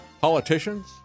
politicians